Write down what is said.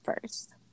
first